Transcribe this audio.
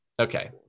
Okay